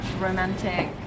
romantic